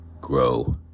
Grow